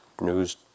news